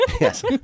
Yes